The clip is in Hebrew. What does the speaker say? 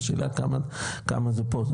השאלה כמה זה פה?